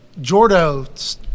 Jordo